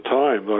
time